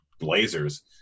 Blazers